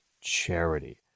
charity